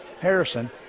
Harrison